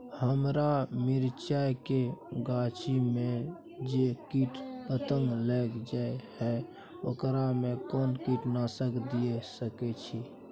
हमरा मिर्चाय के गाछी में जे कीट पतंग लैग जाय है ओकरा में कोन कीटनासक दिय सकै छी?